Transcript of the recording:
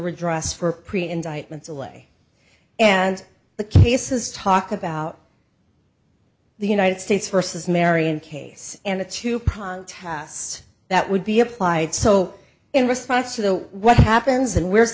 redress for pre indictments away and the cases talk about the united states versus marion case and the two prong tast that would be applied so in response to the what happens and where's